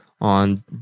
on